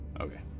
Okay